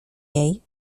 jej